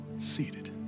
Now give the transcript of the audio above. seated